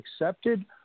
accepted